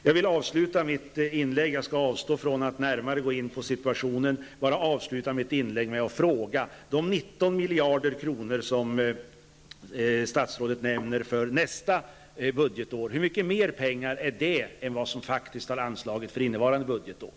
Jag skall avstå från att gå närmare in på situationen och avsluta mitt inlägg med att ställa en fråga. De 19 miljarder kronor som statsrådet nämner för nästa budgetår, hur mycket mer pengar är det än som faktiskt har anslagits för innevarande budgetår?